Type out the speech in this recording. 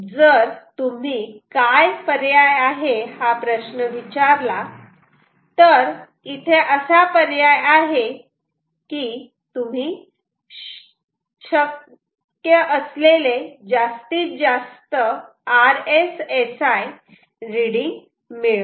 जर तुम्ही काय पर्याय आहे हा प्रश्न विचारला तर इथे असा पर्याय आहे की तुम्ही शक्य असलेले जास्तीत जास्त RSSI रीडिंग मिळवा